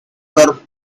curve